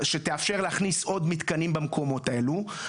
שתאפשר להכניס עוד מתקנים במקומות האלו,